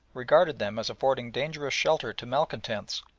regarded them as affording dangerous shelter to malcontents,